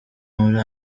muri